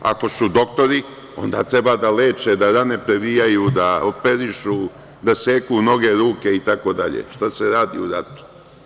Ako su doktori, onda treba da leče, da rane previjaju, da operišu, da seku noge, ruke itd, šta se radi u ratu.